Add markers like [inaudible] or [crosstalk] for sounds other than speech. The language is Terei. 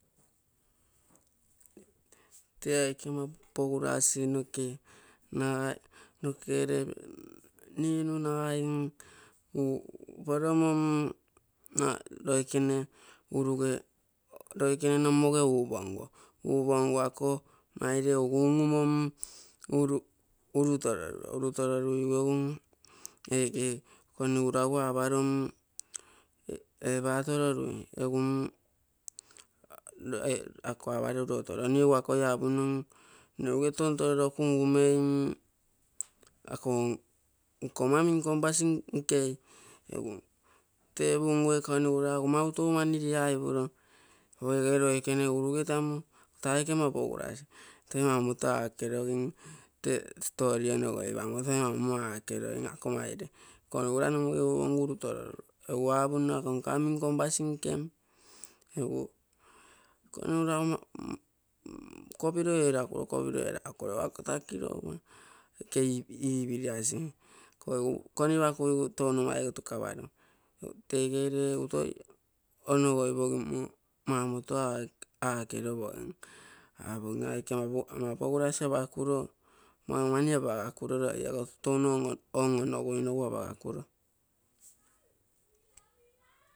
Tee aike ama pogurasi noke nagai nokegere ninu nagai mm uuporomo loikene usuge, loikene nomoge uuponguo, uupongu ako maire egu unumo egu mm uuru tororuso. Rororuigu egu mm ege koniguro egu aparo mm ee paa tororui, egu mm [hesitation] ako aparo lo toroni, egu akoi apunno nne ouge tontororoku ngumen, ako nkomma mim konpasi nkon, egu tepungu ee konigura egu mautou mani riaipuro. Egu ege loikene egu rugetamo taa aike ama pagurasi, toi mauto aakerogim, tee stori ono goipamao toi manto aakerogim ako maire. Konigura nomoge uupongu uuru tororuro, egu apunno, egu apunno ako nkomma min konpasi nkeng, egu konigura [hesitation] ogo kopiro erakuro, egu ako toako kirogupa aike ipiriasi. Iko egu konipakuigu touno maigo takaparo. Egu tege lee egu toi onogoipogimo manto aakerogim, apogigui aike ama pogurasi apakuso maumani apagakuro loigo touno on-onoguinogu apagakaro.